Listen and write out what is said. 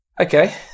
Okay